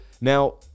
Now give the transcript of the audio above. Now